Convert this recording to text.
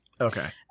Okay